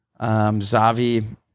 Zavi